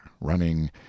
running